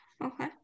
Okay